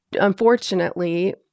unfortunately